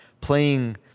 playing